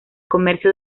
comercio